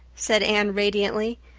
said anne radiantly.